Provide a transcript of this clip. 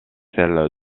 celle